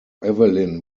evelyn